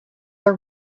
are